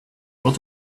what